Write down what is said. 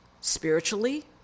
spiritually